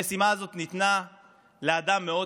המשימה הזאת ניתנה לאדם מאוד